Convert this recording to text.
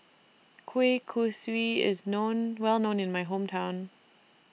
Kueh Kosui IS known Well known in My Hometown